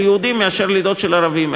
של יהודים מאשר לידות של ערבים.